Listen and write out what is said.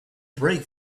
brake